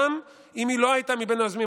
גם אם היא לא הייתה מן היוזמים.